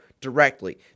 directly